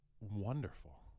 wonderful